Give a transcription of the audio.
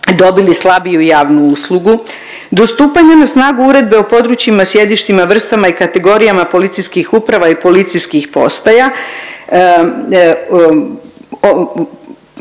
dobili slabiju javnu uslugu do stupanja na snagu Uredbe o područjima, sjedištima, vrstama i kategorijama policijskih uprava i policijskih postaja,